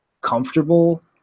comfortable